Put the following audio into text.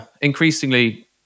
increasingly